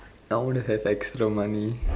I want to have extra money